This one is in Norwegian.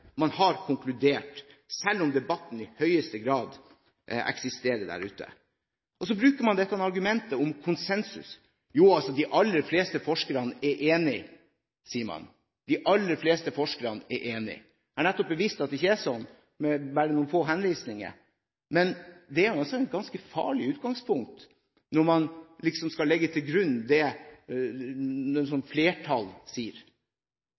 man har konkludert, selv om debatten i høyeste grad eksisterer der ute. Så bruker man dette argumentet om konsensus. Jo, de aller fleste forskerne er enige, sier man. Jeg har nettopp bevist at det ikke er sånn, med bare noen få henvisninger. Det er også et ganske farlig utgangspunkt når man liksom skal legge til grunn det som flertallet sier.